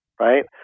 Right